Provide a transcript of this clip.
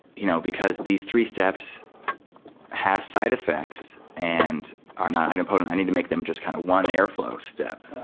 you know because these three steps have side effects and are not idempotent, i need to make them just kind of one airflow step.